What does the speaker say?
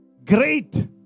Great